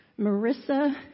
Marissa